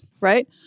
right